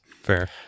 Fair